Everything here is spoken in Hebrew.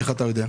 איך אתה יודע?